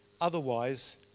Otherwise